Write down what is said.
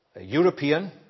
European